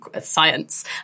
science